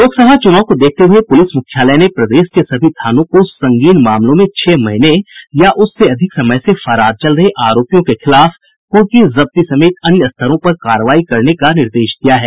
लोकसभा चुनाव को देखते हुए पुलिस मुख्यालय ने प्रदेश के सभी थानों को संगीन मामलों में छह महीने या उससे अधिक समय से फरार चल रह आरोपियों के खिलाफ कुर्की जब्ती समेत अन्य स्तरों पर कार्रवाई करने का निर्देश दिया है